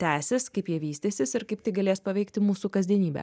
tęsis kaip jie vystysis ir kaip tai galės paveikti mūsų kasdienybę